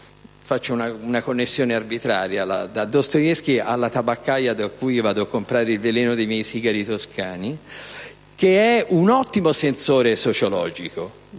faccio una connessione arbitraria, passando da Dostoevskij alla tabaccaia da cui vado a comprare il "veleno" dei miei sigari toscani, che è un ottimo sensore sociologico.